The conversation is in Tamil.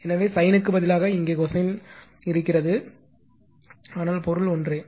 எனவே sin ற்குப் பதிலாக இங்கே கொசைன் இருக்கிறதுபொருள் ஒன்றே